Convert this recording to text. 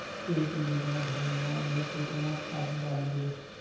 एक बीघा धन्मा में केतना खाद डालिए?